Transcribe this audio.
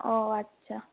ও আচ্ছা